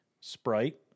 Sprite